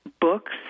books